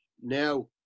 now